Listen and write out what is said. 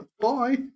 Bye